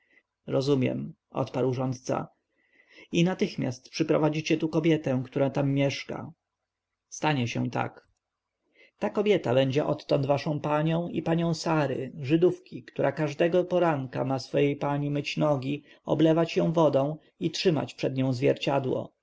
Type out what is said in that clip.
rozumiem odparł rządca i natychmiast przeprowadzicie tu kobietę która tam mieszka stanie się tak ta kobieta będzie odtąd waszą panią i panią sary żydówki która każdego poranku ma swojej pani myć nogi oblewać ją wodą i trzymać przed nią zwierciadło